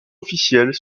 officielles